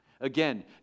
Again